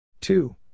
two